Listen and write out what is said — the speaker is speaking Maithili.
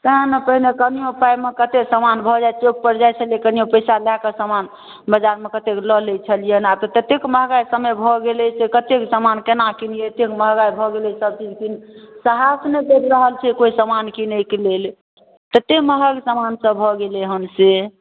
सएह ने पहिने कनिओ पाइमे कतेक समान भऽ जाइ चौकपर जाइ छलिए कनिओ पइसा लऽ कऽ समान बजारमे कतेक लऽ लै छलिए आब तऽ ततेक महगा समय भऽ गेलै जे कतेक समान कोना किनिए एतेक महगाइ भऽ गेलै सबचीज किनैके सहास नहि पड़ि रहल छै कोइ समान किनैके लेल ततेक महग समानसब भऽ गेलै हँ से